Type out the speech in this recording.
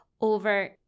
over